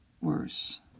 worse